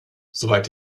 soweit